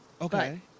Okay